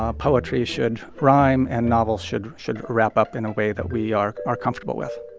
ah poetry should rhyme, and novels should should wrap up in a way that we are are comfortable with